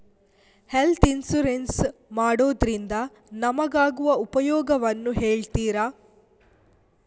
Health insurance ಮಾಡೋದ್ರಿಂದ ನಮಗಾಗುವ ಉಪಯೋಗವನ್ನು ಹೇಳ್ತೀರಾ?